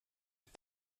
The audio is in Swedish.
det